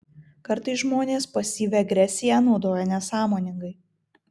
kartais žmonės pasyvią agresiją naudoja nesąmoningai